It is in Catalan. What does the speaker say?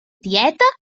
tieta